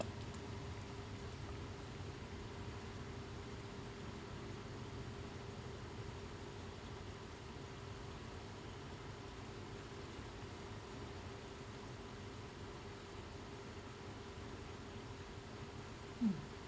mm